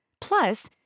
Plus